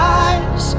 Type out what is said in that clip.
eyes